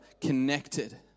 connected